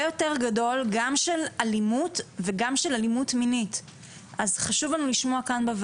יותר גדול גם של אלימות וגם של אלימות מינית.